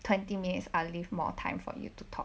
twenty minutes I'll leave more time for you to talk